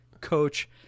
coach